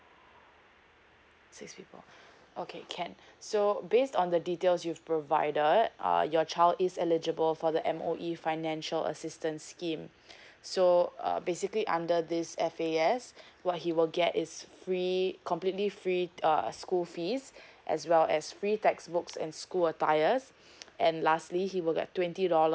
six people okay can so based on the details you've provided uh your child is eligible for the M_O_E financial assistance scheme so uh basically under these F_A_S what he will get is free completely free uh school fees as well as free textbooks and school attires and lastly he would get twenty dollars